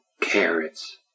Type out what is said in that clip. Carrots